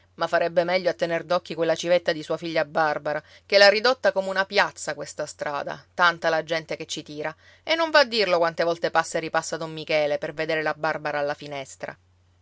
ma farebbe meglio a tener d'occhi quella civetta di sua figlia barbara che l'ha ridotta come una piazza questa strada tanta la gente che ci tira e non va a dirlo quante volte passa e ripassa don michele per vedere la barbara alla finestra